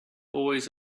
always